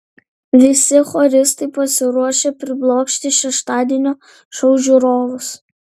visi choristai pasiruošę priblokšti šeštadienio šou žiūrovus